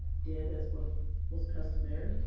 did as was was customary,